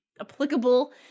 applicable